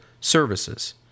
services